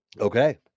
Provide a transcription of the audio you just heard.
Okay